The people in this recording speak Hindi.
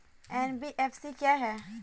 एन.बी.एफ.सी क्या है?